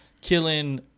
killing